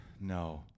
no